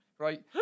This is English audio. Right